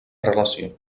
relació